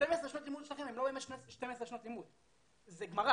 12 שנות הלימוד שלכם הן לא 12 שנות לימוד כי אתם לומדים גמרא